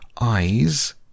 eyes